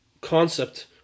concept